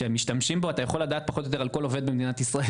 שמשתמשים בו אתה יכול לעל כל עובד במדינה ישראל,